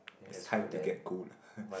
it's time to get good